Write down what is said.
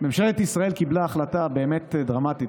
ממשלת ישראל קיבלה החלטה באמת דרמטית.